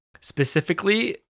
Specifically